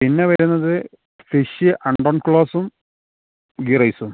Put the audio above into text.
പിന്നെ വരുന്നത് ഫിഷ് അണ്ടൻ ക്ലോസും ഗീ റൈസും